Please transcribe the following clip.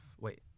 Wait